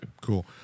Cool